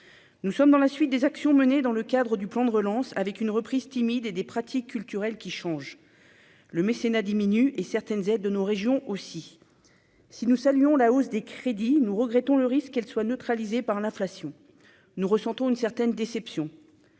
nous sommes dans la suite des actions menées dans le cadre du plan de relance avec une reprise timide et des pratiques culturelles qui change le mécénat diminue et certaines aides de nos régions aussi si nous saluons la hausse des crédits, nous regrettons le risque qu'elle soit neutralisée par l'inflation, nous ressentons une certaine déception